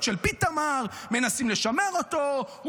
הכנסת להוציא אותה, אבל בסדר גמור.